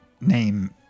name